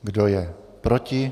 Kdo je proti?